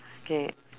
okay